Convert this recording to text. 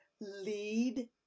lead